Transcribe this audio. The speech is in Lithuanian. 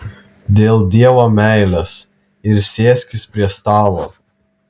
dėl dievo meilės ir sėskis prie stalo